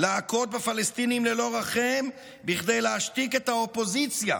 להכות בפלסטינים ללא רחם בכדי להשתיק את האופוזיציה,